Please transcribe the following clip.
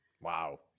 Wow